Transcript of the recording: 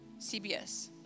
CBS